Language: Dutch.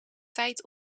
tijd